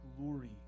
glory